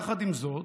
יחד עם זאת,